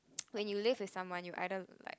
when you live with someone you either like